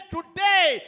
Today